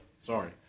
sorry